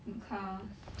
um class